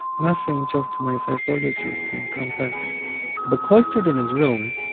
nothing. just to my psychologist and come back but cloistered in his room,